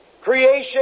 Creation